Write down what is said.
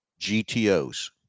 GTOs